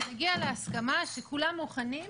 כשנגיע להסכמה שכולם מוכנים,